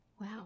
wow